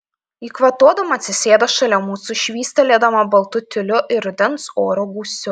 ji kvatodama atsisėda šalia mūsų švystelėdama baltu tiuliu ir rudens oro gūsiu